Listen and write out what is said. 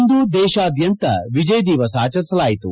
ಇಂದು ದೇಶಾದ್ಯಂತ ವಿಜಯ್ ದಿವಸ್ ಅಚರಿಸಲಾಯಿತು